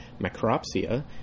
macropsia